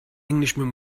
englishman